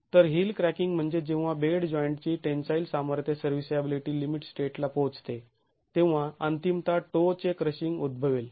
तर heel cracking म्हणजे जेव्हा बेड जॉईंटची टेन्साईल सामर्थ्य सर्व्हीसॅबिलीटी लिमिट स्टेटला पोहचते तेव्हा अंतिमतः टो चे क्रशिंग उद्भवेल